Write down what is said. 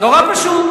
נורא פשוט.